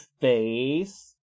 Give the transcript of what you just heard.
face